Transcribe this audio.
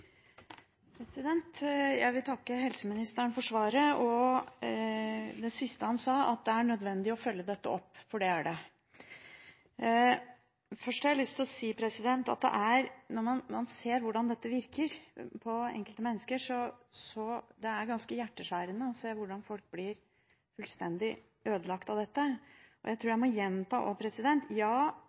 Jeg vil takke helseministeren for svaret og for det siste han sa, at det er nødvendig å følge dette opp, for det er det. Først har jeg lyst til å si at når man ser hvordan dette virker på enkelte mennesker – hvordan folk blir fullstendig ødelagt av dette – er det ganske hjerteskjærende. Jeg tror også jeg må gjenta at for mange handler dette om bruk av for mange medisiner og